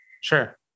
Sure